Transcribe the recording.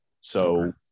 So-